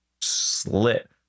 slit